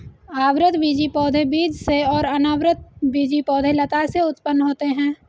आवृतबीजी पौधे बीज से और अनावृतबीजी पौधे लता से उत्पन्न होते है